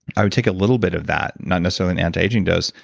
i would take a little bit of that, not necessarily an anti-aging dose,